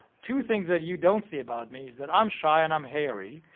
two things that you don't see about me is that i'm shy, and i'm hairy.